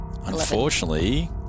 Unfortunately